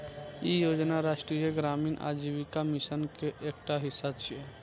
ई योजना राष्ट्रीय ग्रामीण आजीविका मिशन के एकटा हिस्सा छियै